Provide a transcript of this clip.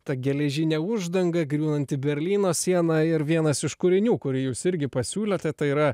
ta geležinė uždanga griūnanti berlyno siena ir vienas iš kūrinių kurį jūs irgi pasiūlėte tai yra